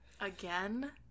Again